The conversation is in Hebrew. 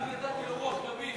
אני רק נתתי לו רוח גבית.